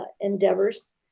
endeavors